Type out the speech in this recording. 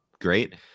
great